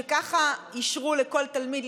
שככה אישרו לכל תלמיד,